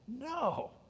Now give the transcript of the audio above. No